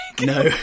No